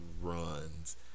runs